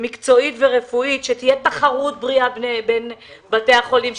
מקצועית ורפואית שתהיה תחרות בריאה בין בתי החולים,